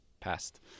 passed